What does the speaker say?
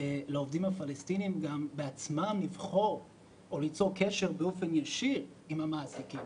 לעובדים הפלסטינים לבחור בעצמם או ליצור קשר באופן ישיר עם המעסיקים?